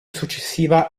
successiva